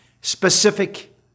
specific